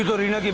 reena?